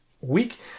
week